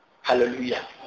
Hallelujah